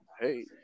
Hey